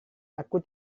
aku